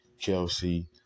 Kelsey